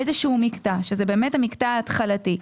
איזשהו מקטע שזה באמת המקטע ההתחלתי,